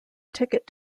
ticket